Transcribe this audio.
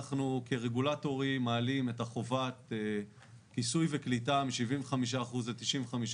אנחנו כרגולטורים מעלים את החובה כיסוי וקליטה מ-75% ל-95%.